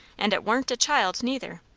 and it warn't a child neither.